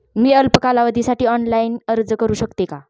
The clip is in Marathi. मी अल्प कालावधीसाठी ऑनलाइन अर्ज करू शकते का?